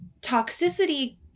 toxicity